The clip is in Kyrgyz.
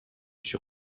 иши